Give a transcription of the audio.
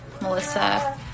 Melissa